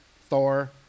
Thor